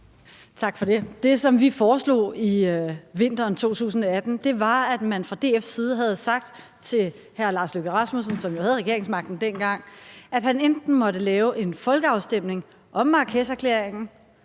Tak for det. Det, som vi foreslog i vinteren 2018, var, at man fra DF's side havde sagt til hr. Lars Løkke Rasmussen, som jo havde regeringsmagten dengang, at han enten måtte lave en folkeafstemning om Marrakesherklæringen